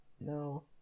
No